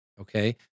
Okay